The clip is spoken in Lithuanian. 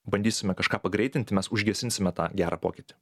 bandysime kažką pagreitinti mes užgesinsime tą gerą pokytį